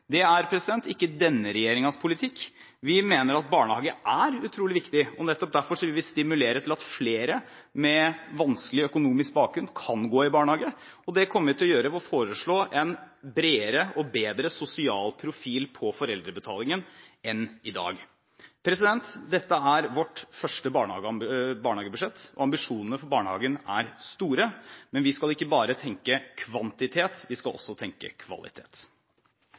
Det er ikke denne regjeringens politikk. Vi mener at barnehage er utrolig viktig. Nettopp derfor vil vi stimulere til at flere med vanskelig økonomisk bakgrunn kan gå i barnehage, og det kommer vi til å gjøre ved å foreslå en bredere og bedre sosial profil på foreldrebetalingen enn i dag. Dette er vårt første barnehagebudsjett. Ambisjonene for barnehagen er store, men vi skal ikke bare tenke kvantitet, vi skal også tenke kvalitet.